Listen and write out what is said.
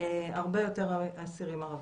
הרבה יותר אסירים ערבים.